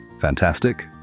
Fantastic